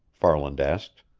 farland asked.